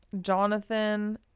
Jonathan